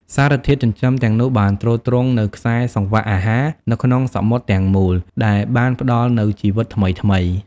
សារធាតុចិញ្ចឹមទាំងនោះបានទ្រទ្រង់នូវខ្សែសង្វាក់អាហារនៅក្នុងសមុទ្រទាំងមូល ដែលបានផ្តល់នូវជីវិតថ្មីៗ។